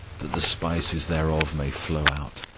that the spices thereof may flow out.